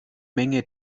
menge